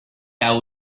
that